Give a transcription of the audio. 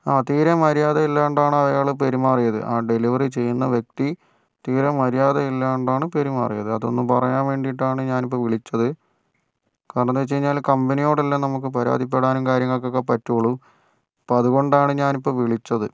ആ തീരെ മര്യാദയില്ലാണ്ടാണ് അയാൾ പെരുമാറിയത് ആ ഡെലിവറി ചെയ്യുന്ന വ്യക്തി തീരെ മര്യാദയില്ലാണ്ടാണ് പെരുമാറിയത് അതൊന്നു പറയാൻ വേണ്ടിയിട്ടാണ് ഞാനിപ്പം വിളിച്ചത് കാരണമെന്തെന്നു വെച്ച് കഴിഞ്ഞാൽ കമ്പനിയോടല്ലേ നമുക്ക് പരാതിപ്പെടാനും കാര്യങ്ങൾക്കൊക്കെ പറ്റുകയുള്ളു അപ്പോൾ അതുകൊണ്ടാണ് ഞാനിപ്പം വിളിച്ചത്